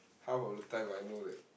half of the time I know that